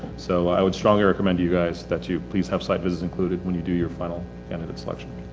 so i would strongly recommend to you guys that you please have site visits included when you do your final candidate selection.